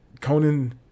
Conan